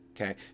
Okay